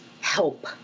help